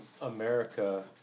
America